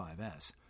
5S